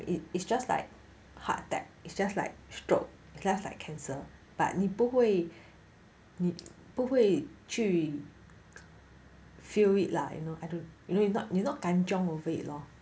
it is just like heart attack it's just like stroke it's just like cancer but 你不会你不会去 feel it lah like you know I don't know you know you're not kanchiong over it lor